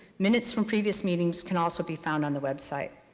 minutes from previous meetings can also be found on the website.